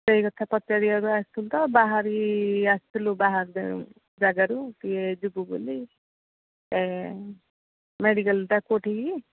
ସେଇ କଥା ପଚାରିବାକୁ ଆସିଥିଲୁ ତ ବାହାରି ଆସିଥିଲୁ ବାହାର ଜାଗାରୁ ଇଏ ଯିବୁ ବୋଲି ମେଡ଼ିକାଲ୍ଟା କେଉଁଠି କି